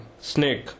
snake